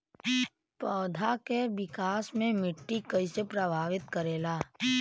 पौधा के विकास मे मिट्टी कइसे प्रभावित करेला?